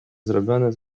zrobione